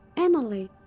emily!